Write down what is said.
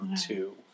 two